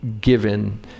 given